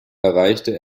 erreichte